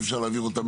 אי-אפשר להעביר אותם